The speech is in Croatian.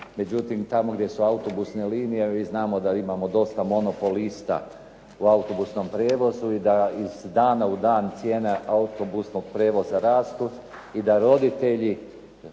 Međutim, tamo gdje su autobusne linije mi znamo da imamo dosta monopolista u autobusnom prijevozu i da iz dana u dan cijene autobusnog prijevoza rastu i da roditelji